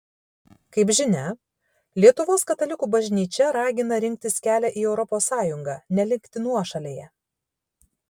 kaip žinia lietuvos katalikų bažnyčia ragina rinktis kelią į europos sąjungą nelikti nuošalėje